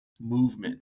movement